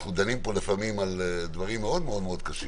אנחנו דנים פה לפעמים על דברים מאוד קשים.